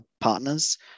partners